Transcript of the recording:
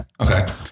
Okay